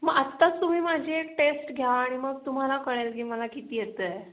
मग आत्ताच तुम्ही माझी एक टेस्ट घ्या आणि मग तुम्हाला कळेल की मला किती येतं आहे